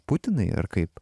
putinai ar kaip